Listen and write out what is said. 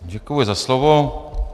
Děkuji za slovo.